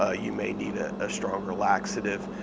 ah you may need ah a stronger laxative.